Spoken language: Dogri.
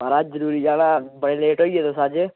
महाराज जरूरी जाना हा बड़े लेट होई गे तुस अज्ज